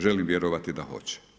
Želim vjerovati da hoće.